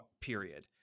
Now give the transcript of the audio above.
period